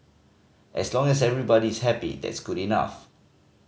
as long as everybody is happy that's good enough